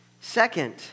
Second